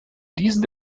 diesen